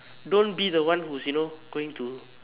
don't be the one who's you know going to